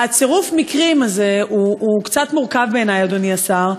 צירוף המקרים הזה קצת מורכב בעיני, אדוני השר.